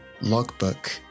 Logbook